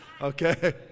Okay